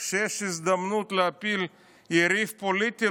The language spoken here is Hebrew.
כשיש הזדמנות להפיל יריב פוליטי,